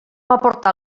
aportar